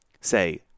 say